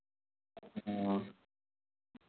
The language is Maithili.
हँ